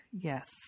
Yes